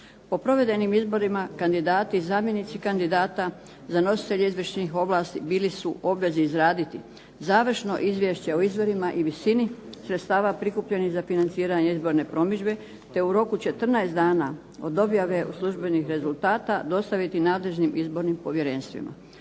Po provedenim izborima kandidati i zamjenici kandidatima za nositelje izvršnih ovlasti bili su obvezni izraditi završno izvješće o izvorima i visini sredstava prikupljenih za financiranje izborne promidžbe te u roku 14 dana od objave službenih rezultata dostaviti nadležnim izbornim povjerenstvima.